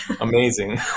Amazing